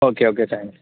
okay okay thank you